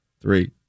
Three